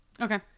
Okay